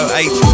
eight